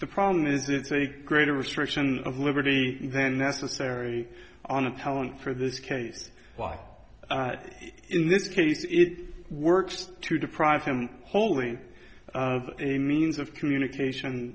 the problem is it's a greater restriction of liberty than necessary on a talent for this case why in this case it works to deprive him wholly of a means of communication